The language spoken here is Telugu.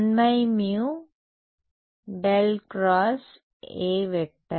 విద్యార్థి కాబట్టి